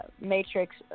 matrix